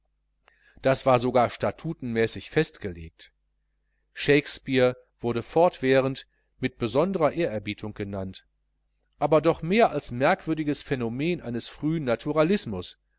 das war sogar statutenmäßig festgelegt shakespeare wurde fortwährend und mit besonderer ehrerbietung genannt aber doch mehr als merkwürdiges phänomen eines frühen naturalismus